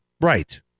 Right